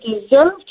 deserve